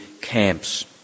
camps